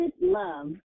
love